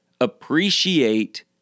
Appreciate